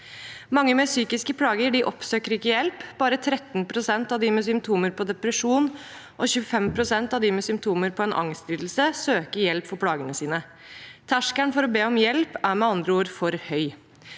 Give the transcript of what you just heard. Mange med psykiske plager oppsøker ikke hjelp. Bare 13 pst. av dem med symptomer på depresjon og 25 pst. av dem med symptomer på en angstlidelse søker hjelp for plagene sine. Terskelen for å be om hjelp er med andre ord for høy.